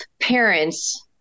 parents